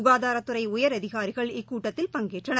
குகதாரத்துறைஉயரதிகாரிகள் இக்கூட்டடத்தில் பங்கேற்றனர்